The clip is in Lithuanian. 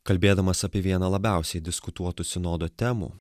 kalbėdamas apie vieną labiausiai diskutuotų sinodo temų